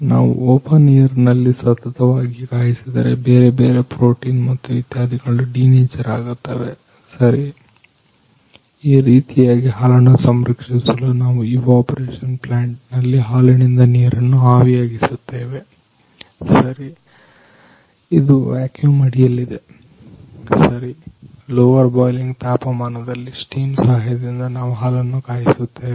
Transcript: ನಾವು open air ನಲ್ಲಿ ಸತತವಾಗಿ ಕಾಯಿಸಿದರೆ ಬೇರೆಬೇರೆ ಪ್ರೊಟೀನ್ ಮತ್ತು ಇತ್ಯಾದಿಗಳು ಡಿನೇಚರ್ ಆಗುತ್ತವೆ ಈ ರೀತಿಯಾಗಿ ಹಾಲನ್ನ ಸಂರಕ್ಷಿಸಲು ನಾವು ಈವಪೋರೇಶನ್ ಪ್ಲಾಂಟ್ ನಲ್ಲಿ ಹಾಲಿನಿಂದ ನೀರನ್ನು ಆವಿಯಾಗಿಸುತ್ತೇವೆ ಇದು ವ್ಯಾಕ್ಯೂಮ್ ಅಡಿಯಲ್ಲಿ ಇದೆ ಲೋವರ್ ಬಾಯ್ಲಿಂಗ್ ತಾಪಮಾನ ದಲ್ಲಿ ಸ್ಟೀಮ್ ಸಹಾಯದಿಂದ ನಾವು ಹಾಲನ್ನ ಕಾಯುತ್ತೇವೆ